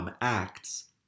Acts